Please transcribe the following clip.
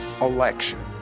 election